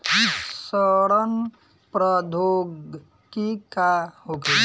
सड़न प्रधौगकी का होखे?